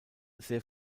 sehr